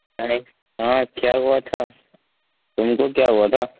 ہاں کیا ہوا تھا تم کو کیا ہوا تھا